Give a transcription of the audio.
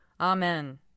Amen